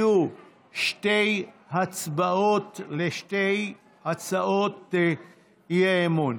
יהיו שתי הצבעות על שתי הצעות אי-אמון.